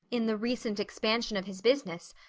in the recent expansion of his business,